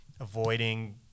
avoiding